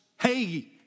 hey